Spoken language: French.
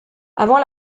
avant